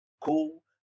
cool